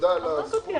תודה על הזכות.